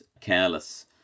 careless